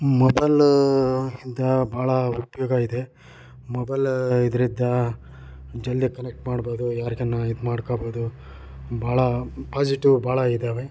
mobile ಯಿಂದ ಭಾಳ ಉಪಯೋಗ ಇದೆ ಮೊಬಲ್ ಇಂದರಿಂದ ಜನ್ರಿಗೆ ಕನೆಕ್ಟ್ ಮಾಡ್ಬೋದು ಯಾರಿಗನ್ನ ಇದು ಮಾಡ್ಕೋಬೋದು ಭಾಳ ಪಾಸಿಟಿವ್ ಭಾಳ ಇದ್ದಾವೆ